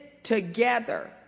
together